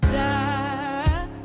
die